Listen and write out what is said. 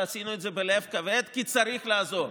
ועשינו את זה בלב כבד כי צריך לעזור.